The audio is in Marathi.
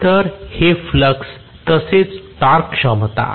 तर हे फ्लक्स तसेच टॉर्क क्षमता आहे